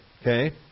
okay